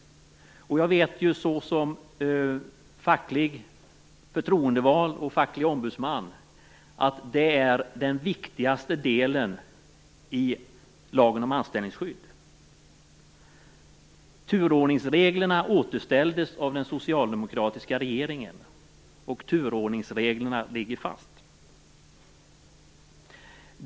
Jag vet, som facklig förtroendevald och facklig ombudsman, att det är den viktigaste delen i lagen om anställningsskydd. Turordningsreglerna återställdes av den socialdemokratiska regeringen, och turordningsreglerna ligger fast.